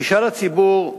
ישאל הציבור: